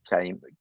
came